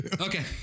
Okay